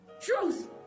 truth